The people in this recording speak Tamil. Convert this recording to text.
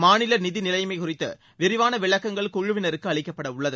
மாநில நிதி நிலைமை குறித்து விரிவான விளக்கங்கள் குழுவினருக்கு அளிக்கப்படவுள்ளது